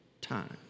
time